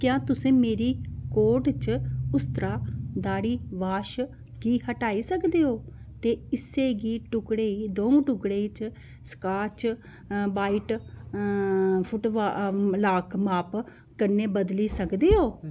क्या तुस मेरी कोर्ट च उस्तरा दाढ़ी वाश गी हटाई सकदे ओ ते इस्सै गी टुकड़े गी द'ऊं टुकड़े च scotch bright foot ball foot lock माप कन्नै बदली सकदे ओ